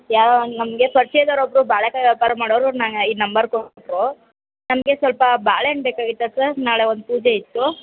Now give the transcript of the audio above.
ಯಾವ ನಮಗೆ ಪರಿಚಯ್ದೋರು ಒಬ್ರು ಬಾಳೆಕಾಯಿ ವ್ಯಾಪಾರ ಮಾಡುವರು ಈ ನಂಬರ್ ಕೊಟ್ಟು ನಮಗೆ ಸ್ವಲ್ಪ ಬಾಳೆಹಣ್ಣು ಬೇಕಾಗಿತ್ತು ಸರ್ ನಾಳೆ ಒಂದು ಪೂಜೆಯಿತ್ತು